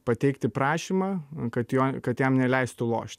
pateikti prašymą kad jo kad jam neleistų lošti